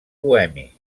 bohemi